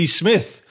smith